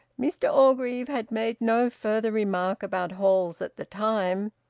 mr orgreave had made no further remark about halls at the time,